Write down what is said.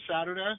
Saturday